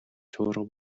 шуурга